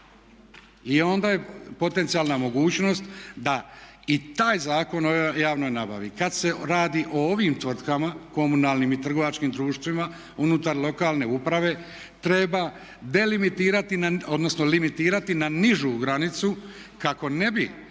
I onda je potencijalna mogućnost da i taj Zakon o javnoj nabavi kada se radi o ovim tvrtkama, komunalnim i trgovačkim društvima unutar lokalne uprave treba delimitirati, odnosno limitirati na nižu granicu kako ne bi